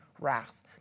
wrath